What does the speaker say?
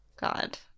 God